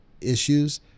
issues